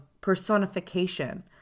personification